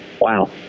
wow